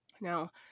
Now